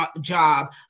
job